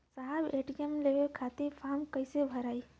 साहब ए.टी.एम लेवे खतीं फॉर्म कइसे भराई?